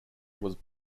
was